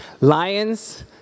lions